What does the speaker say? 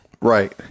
Right